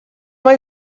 mae